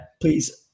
Please